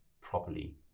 properly